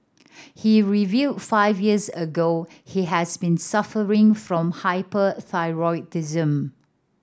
he revealed five years ago he has been suffering from hyperthyroidism